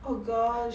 oh gosh